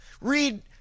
read